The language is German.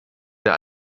der